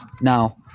now